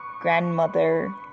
grandmother